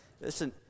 Listen